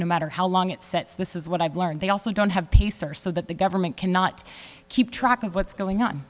no matter how long it sets this is what i've learned they also don't have pacer so that the government cannot keep track of what's going on